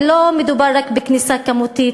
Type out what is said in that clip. ולא מדובר רק בכניסה כמותית,